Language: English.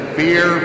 fear